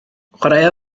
chwaraea